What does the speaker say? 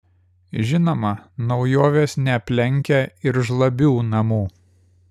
žinoma naujovės neaplenkia ir žlabių namų